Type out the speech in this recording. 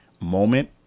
moment